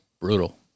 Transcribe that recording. Brutal